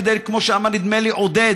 כמו שאמר עודד,